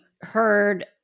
heard